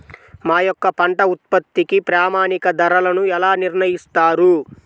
మా యొక్క పంట ఉత్పత్తికి ప్రామాణిక ధరలను ఎలా నిర్ణయిస్తారు?